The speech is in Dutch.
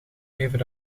geven